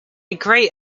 great